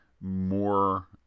more